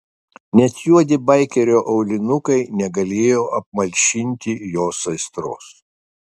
net juodi baikerio aulinukai negalėjo apmalšinti jos aistros